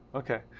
okay.